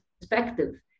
perspective